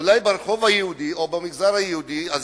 אולי ברחוב היהודי או במגזר היהודי יש